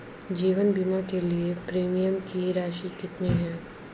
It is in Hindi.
जीवन बीमा के लिए प्रीमियम की राशि कितनी है?